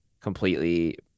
completely